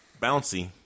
bouncy